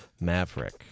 maverick